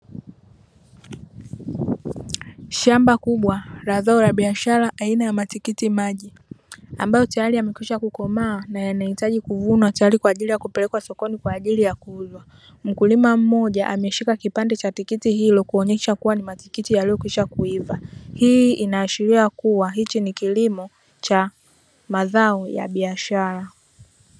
Shamba kubwa la zao la biashara aina ya matikiti maji ambayo tayari yamekwisha kukomaa na yanahitaji kuvunwa tayari kwa ajili ya kupelekwa sokoni kwa ajili ya kuuzwa, mkulima mmoja ameshika kipande cha tikiti hilo kuonesha kuwa ni matikiti yaliyokwisha kuiva. Hii inaashiria kuwa hiki ni kilimo cha mazao ya biashara.